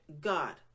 God